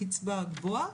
הקצבה הגבוהה,